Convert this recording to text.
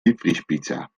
diepvriespizza